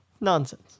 Nonsense